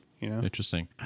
Interesting